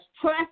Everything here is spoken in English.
trust